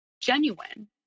genuine